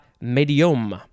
medium